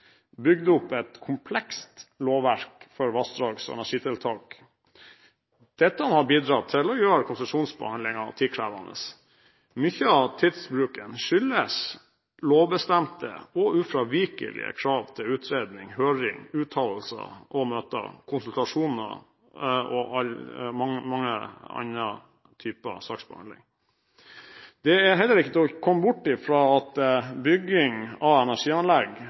opp et komplekst lovverk for vassdrags- og energitiltak. Dette har bidratt til å gjøre konsesjonsbehandlingen tidkrevende. Mye av tidsbruken skyldes lovbestemte og ufravikelige krav til utredning, høring, uttalelser, møter, konsultasjoner og andre typer saksbehandling. Det er heller ikke til å komme bort fra at bygging av energianlegg